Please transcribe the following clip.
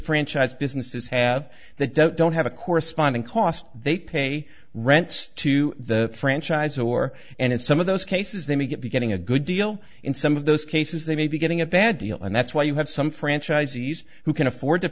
franchise businesses have that don't don't have a corresponding cost they pay rent to the franchise or and in some of those cases they may get to getting a good deal in some of those cases they may be getting a bad deal and that's why you have some franchisees who can afford to